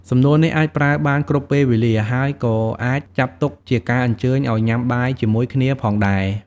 សំណួរនេះអាចប្រើបានគ្រប់ពេលវេលា ហើយក៏អាចចាត់ទុកជាការអញ្ជើញឲ្យញ៉ាំបាយជាមួយគ្នាផងដែរ។